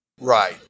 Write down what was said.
Right